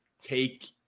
take